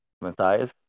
Matthias